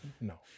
No